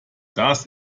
das